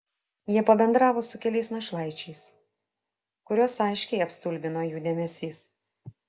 jie pabendravo su keliais našlaičiais kuriuos aiškiai apstulbino jų dėmesys